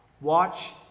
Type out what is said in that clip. Watch